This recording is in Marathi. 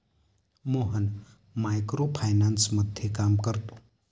मोहन मायक्रो फायनान्समध्ये काम करतो